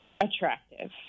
attractive